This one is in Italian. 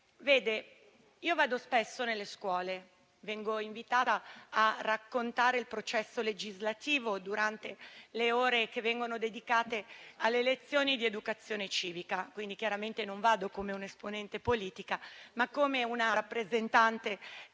vado nelle scuole, dove vengo invitata a raccontare il processo legislativo durante le ore dedicate alle lezioni di educazione civica (chiaramente non vado come un'esponente politica, ma come una rappresentante delle